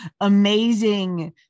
amazing